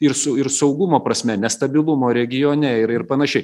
ir su ir saugumo prasme nestabilumo regione ir ir panašiai